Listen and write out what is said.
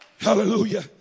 Hallelujah